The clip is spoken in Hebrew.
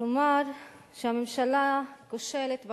כלומר הממשלה כושלת בכול,